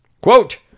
Quote